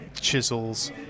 chisels